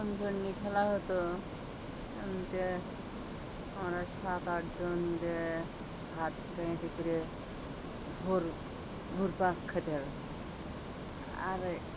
চঞ্জন্ণী খেলা হতো এমতে আমরা সাত আটজন মিলে হাত মোটামুটি করে ঘোর ঘুর পা খাতে হবে আ র